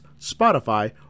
spotify